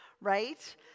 right